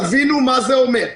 תבינו מה זה אומר.